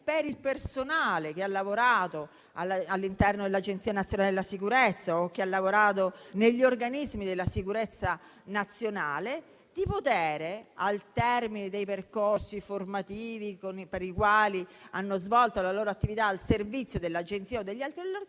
per il personale che ha lavorato all'interno dell'Agenzia nazionale della sicurezza o negli organismi della sicurezza nazionale, di potere, al termine dei percorsi formativi per i quali ha svolto la propria attività al servizio dell'Agenzia o degli altri organismi,